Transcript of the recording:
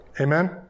Amen